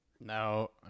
no